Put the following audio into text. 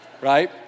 Right